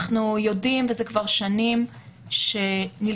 אנחנו יודעים שזה כבר שנים שנלקחות